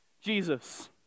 Jesus